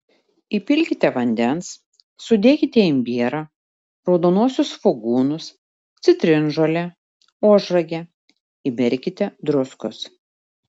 įpilkite vandens sudėkite imbierą raudonuosius svogūnus citrinžolę ožragę įberkite druskos